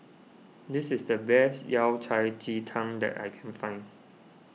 this is the best Yao Cai Ji Tang that I can find